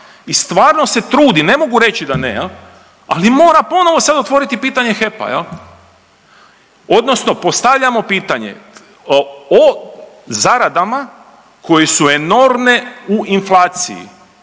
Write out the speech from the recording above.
i stvarno se trudi, ne mogu reći da ne jel, ali mora ponovo sada otvoriti pitanje HEP-a jel odnosno postavljamo pitanje o zaradama koje su enormne u inflaciji,